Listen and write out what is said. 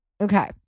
Okay